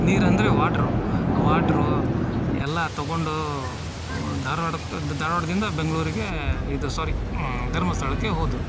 ನೀರು ಅಂದರೆ water water ಎಲ್ಲ ತೊಗೊಂಡು ಧಾರ್ವಾಡಕ್ಕೆ ಧಾರ್ವಾಡದಿಂದ ಬೆಂಗಳೂರಿಗೆ ಇದು ಸಾರಿ ಧರ್ಮಸ್ಥಳಕ್ಕೆ ಹೋದೆವು